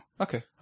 Okay